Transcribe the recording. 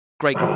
Great